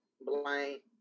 blank